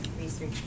research